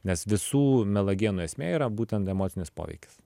nes visų melagienų esmė yra būtent emocinis poveikis